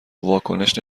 واکنش